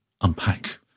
unpack